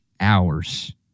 hours